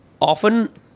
often